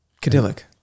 Cadillac